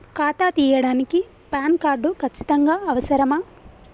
ఖాతా తీయడానికి PAN card ఖచ్చితంగా అవసరమా?